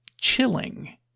chilling